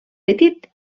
petit